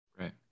Right